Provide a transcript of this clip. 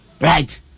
Right